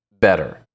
better